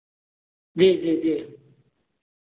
जी जी जी